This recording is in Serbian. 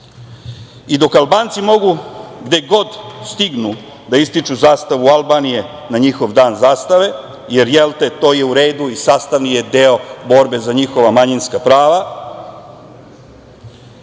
I dok Albanci mogu gde god stignu da ističu zastavu Albanije na njihov dan zastave, jer jel te to je u redu i sastavni je deo borbe za njihova manjinska prava,